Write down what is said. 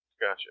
Gotcha